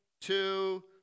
two